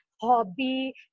hobby